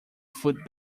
foot